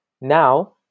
now